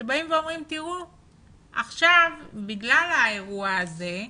שבאים ואומרים, תראו, עכשיו, בגלל האירוע הזה,